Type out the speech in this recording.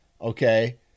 okay